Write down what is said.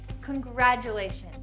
congratulations